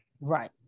right